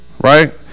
right